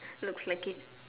looks like it